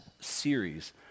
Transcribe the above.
series